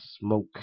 smoke